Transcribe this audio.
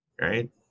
right